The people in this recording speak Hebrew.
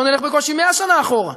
בואו נלך בקושי 100 שנה אחורה.